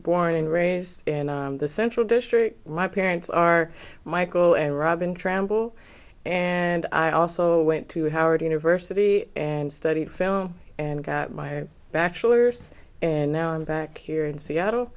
born and raised in the central district parents are michael and robin travel and i also went to howard university and studied so and got my bachelor's and now i'm back here in seattle